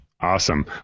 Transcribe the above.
Awesome